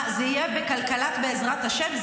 מה, זה יהיה בכלכלת בעזרת השם?